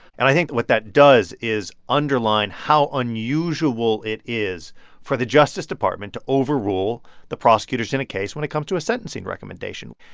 and i think what that does is underline how unusual it is for the justice department to overrule the prosecutors in a case when it comes to a sentencing recommendation.